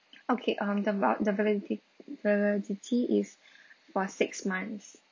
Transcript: okay um the vou~ the validi~ validity is for six months